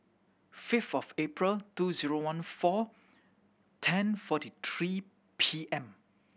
fifth of April two zero one four ten forty three P M